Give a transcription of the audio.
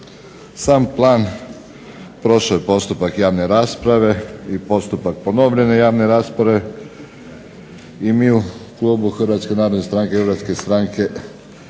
Sam plan prošao je postupak javne rasprave i postupak ponovljene javne rasprave i mi u klubu HNS-HSU-a smatramo da samo